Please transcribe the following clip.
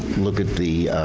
look at the.